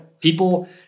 people